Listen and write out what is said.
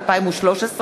התשע"ג 2013,